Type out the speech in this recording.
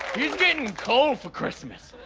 he's getting coal for christmas,